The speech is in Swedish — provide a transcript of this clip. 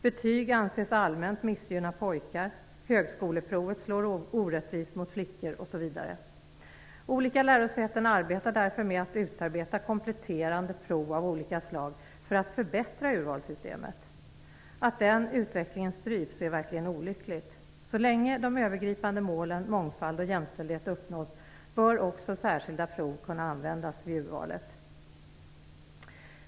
Betyg anses allmänt missgynna pojkar, högskoleprovet slår orättvist för flickor osv. Olika lärosäten arbetar därför med att utarbeta kompletterande prov av olika slag för att förbättra urvalssystemet. Att den utvecklingen stryps är verkligen olyckligt. Så länge de övergripande målen mångfald och jämställdhet uppnås bör också särskilda prov kunna användas vid urvalet.